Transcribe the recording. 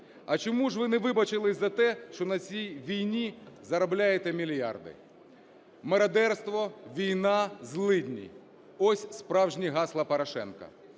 А чому ж ви не вибачились за те, що на цій війні заробляєте мільярди? Мародерство, війна, злидні – ось справжні гасла Порошенка.